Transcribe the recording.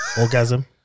Orgasm